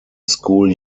school